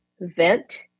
vent